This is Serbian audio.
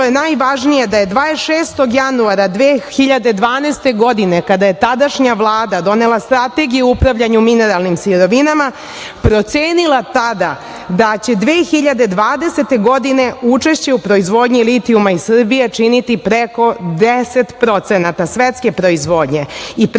što je najvažnije da je 26. januara 2012. godine, kada je tadašnja Vlada donela Strategiju o upravljanju mineralnim sirovinama, procenila tada da će 2020. godine učešće u proizvodnji litijuma iz Srbije činiti preko 10% svetske proizvodnje i preko 90% proizvodnje